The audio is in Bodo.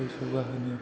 जौगाहोनो